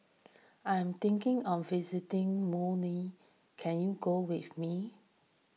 I am thinking of visiting can you go with me